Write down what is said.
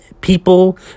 people